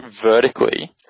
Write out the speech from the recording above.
vertically